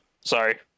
Sorry